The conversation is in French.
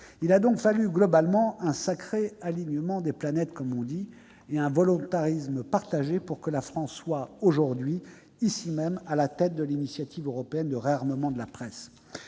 Il a donc fallu globalement un sacré alignement de planètes, comme on dit, et un volontarisme partagé, pour que la France soit aujourd'hui à la tête de l'initiative européenne de réarmement de la presse.